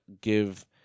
give